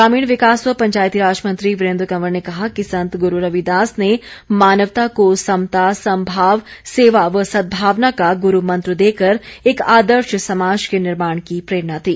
ग्रामीण विकास व पंचायतीराज मंत्री वीरेंद्र कंवर ने कहा कि संत गुरू रविदास ने मानवता को समता समभाव सेवा व सदभावना का गुरू मंत्र देकर एक आदर्श समाज के निर्माण की प्रेरणा दी